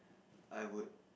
I would